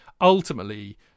ultimately